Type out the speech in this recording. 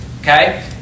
Okay